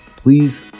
please